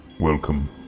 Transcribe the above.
Welcome